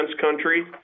country